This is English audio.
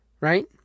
right